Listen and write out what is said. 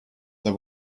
they